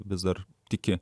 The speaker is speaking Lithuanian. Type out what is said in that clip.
vis dar tiki